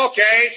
Okay